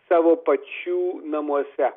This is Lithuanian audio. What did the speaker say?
savo pačių namuose